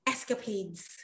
Escapades